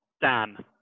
Dan